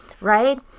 Right